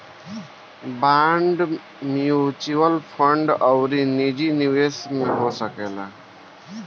bond mutual fund अउरी निजी निवेश में हो सकेला